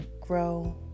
Grow